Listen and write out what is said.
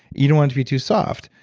you don't want to be too soft.